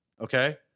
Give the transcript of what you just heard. okay